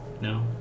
no